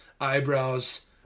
eyebrows